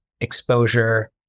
exposure